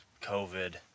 COVID